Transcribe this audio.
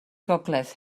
gogledd